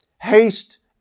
Haste